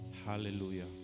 hallelujah